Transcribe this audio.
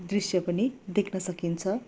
दृश्य पनि देख्न सकिन्छ